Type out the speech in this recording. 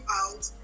out